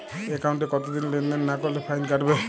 একাউন্টে কতদিন লেনদেন না করলে ফাইন কাটবে?